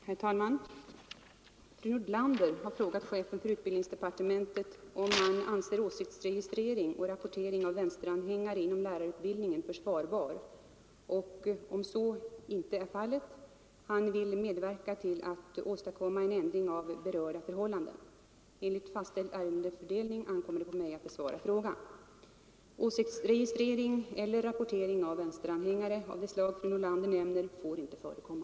Herr talman! Fru Nordlander har frågat chefen för utbildningsdepartementet, om han anser åsiktsregistrering och rapportering av vänsteranhängare inom lärarutbildningen försvarbar och, om så inte är fallet, han vill medverka till att åstadkomma en ändring av berörda förhållanden. Enligt fastställd ärendefördelning ankommer det på mig att besvara frågan. Åsiktsregistrering eller rapportering av vänsteranhängare av det slag fru Nordlander nämner får inte förekomma.